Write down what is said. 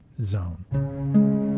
zone